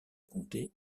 compter